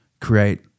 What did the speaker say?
create